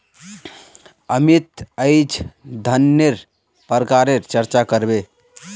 अमित अईज धनन्नेर प्रकारेर चर्चा कर बे